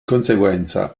conseguenza